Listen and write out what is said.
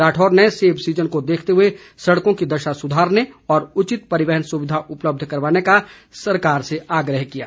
राठौर ने सेब सीजन को देखते हुए सड़कों की दशा सुधारने और उचित परिवहन सुविधा उपलब्ध कराने का सरकार से आग्रह किया है